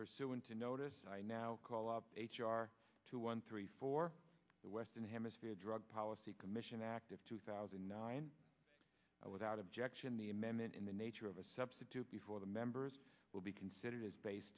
pursuant to notice i now call up h r two one three four the western hemisphere drug policy commission act of two thousand and nine without objection the amendment in the nature of a substitute before the members will be considered is base